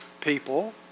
people